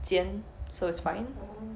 煎 so it's fine